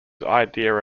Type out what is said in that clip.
idea